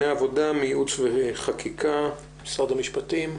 דיני עבודה, מייעוץ וחקיקה, משרד המשפטים.